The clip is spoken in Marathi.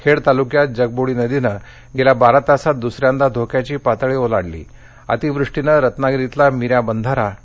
खेड तालुक्यात जगबूडी नदीनं गेल्या बारा तासात दुसऱ्यांदा धोक्याची पातळी ओलांडली आहे अतिवृष्टीनं रत्नागिरीतला मिऱ्या बंधारा ढासळला